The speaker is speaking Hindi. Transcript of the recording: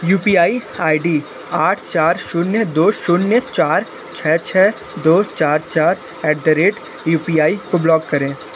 यू पी आई आईडी आठ चार शून्य दो शून्य चार छः छः दो चार चार at the rate U P I को ब्लॉक करें